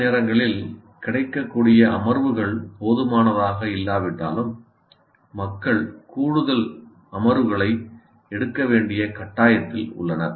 சில நேரங்களில் கிடைக்கக்கூடிய அமர்வுகள் போதுமானதாக இல்லாவிட்டாலும் மக்கள் கூடுதல் அமர்வுகளை எடுக்க வேண்டிய கட்டாயத்தில் உள்ளனர்